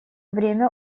время